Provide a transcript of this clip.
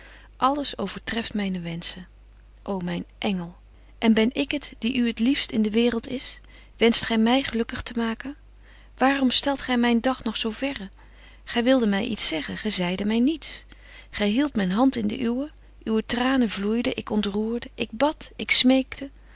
alles overtreft myne wenschen ô myn engel en ben ik het die u t liefst in de waereld is wenscht gy my gelukkig te maken waarom stelt gy myn dag nog zo verre gy wilde my iets zeggen gy zeide my niets gy hieldt myn hand in de uwe uwe tranen vloeiden ik ontroerde ik bad ik